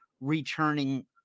returning